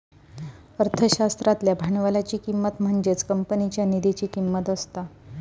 अर्थशास्त्रातल्या भांडवलाची किंमत म्हणजेच कंपनीच्या निधीची किंमत असता